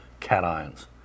cations